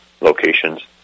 locations